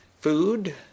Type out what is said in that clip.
food